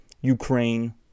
Ukraine